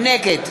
נגד